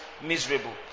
miserable